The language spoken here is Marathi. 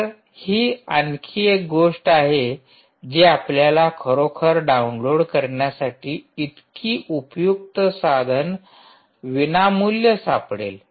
तर ही आणखी एक गोष्ट आहे जी आपल्याला खरोखर डाउनलोड करण्यासाठी इतकी उपयुक्त साधन विनामूल्य सापडेल